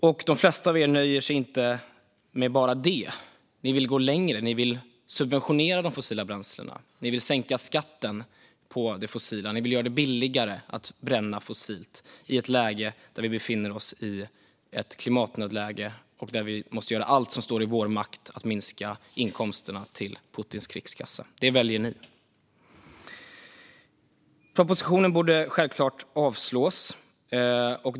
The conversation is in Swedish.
De flesta av er nöjer er inte med bara det. Ni vill gå längre. Ni vill subventionera de fossila bränslena. Ni vill sänka skatten på det fossila och göra det billigare att bränna fossilt i ett klimatnödläge där vi också måste göra allt som står i vår makt för att minska inkomsterna till Putins krigskassa. Det väljer ni. Propositionen borde självklart avslås.